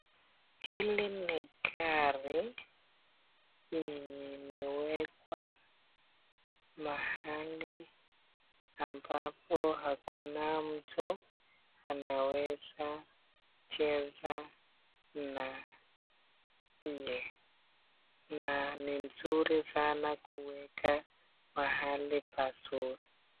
Hili ni gari yenye imewekwa mahali ambapo hakuna mtu anaweza cheza naye, na ni nzuri sana kuweka pahali pazuri.